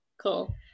Cool